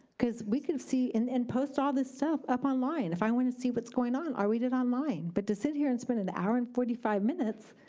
because we can see, and and post all this stuff up online. if i want to see what's going on, i'll read it online, but to sit here and spend an hour and forty five minutes,